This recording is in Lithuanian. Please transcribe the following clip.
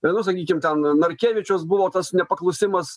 nu sakykim ten narkevičius buvo tas nepaklusimas